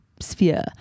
sphere